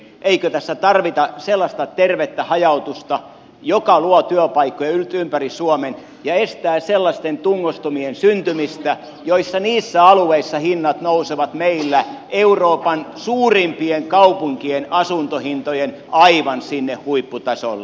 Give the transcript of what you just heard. eikö tässä tarvita sellaista tervettä hajautusta joka luo työpaikkoja yltympäri suomen ja estää sellaisten tungostumien syntymistä missä alueilla hinnat nousevat meillä euroopan suurimpien kaupunkien asuntohintojen aivan sinne huipputasolle